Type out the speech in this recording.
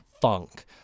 funk